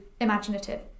imaginative